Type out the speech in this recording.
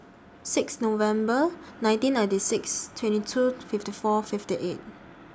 six November nineteen ninety six twenty two fifty four fifty eight